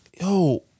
yo